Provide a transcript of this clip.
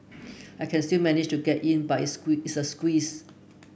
I can still manage to get in but it's it's a squeeze